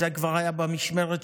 זה כבר היה במשמרת שלנו,